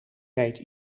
reed